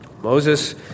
Moses